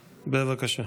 בבקשה.